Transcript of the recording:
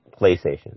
PlayStation